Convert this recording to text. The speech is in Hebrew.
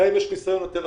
להם יש ניסיון יותר רחב.